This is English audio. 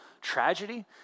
tragedy